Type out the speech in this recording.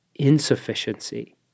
insufficiency